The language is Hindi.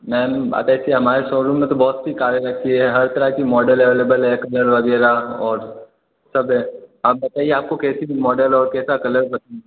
मैम अटेच ही हमारे शोरूम में बहुत सी कारें रहती है हर तरह की मॉडल एवेलबल है कलर वगैरह और सब है आप बताइए आपको कैसी मॉडल और कैसा कलर पसंद